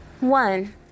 One